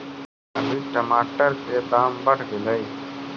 अभी टमाटर के दाम बढ़ गेलइ